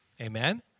Amen